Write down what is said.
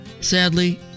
Sadly